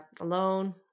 alone